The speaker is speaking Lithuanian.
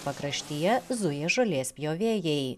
pakraštyje zuja žolės pjovėjai